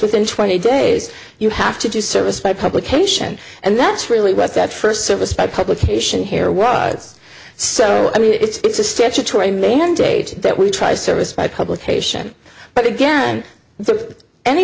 within twenty days you have to do service by publication and that's really what that first service by publication here was so i mean it's a statutory mandate that we try to service by publication but again